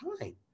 time